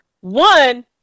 One